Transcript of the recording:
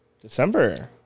December